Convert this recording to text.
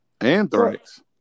anthrax